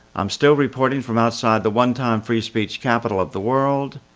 i'm still reporting from outside the one-time free speech capital of the world.